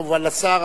וכמובן לשר.